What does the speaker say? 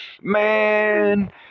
Man